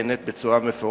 נענים בצורה מפורטת,